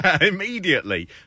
Immediately